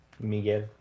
Miguel